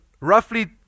roughly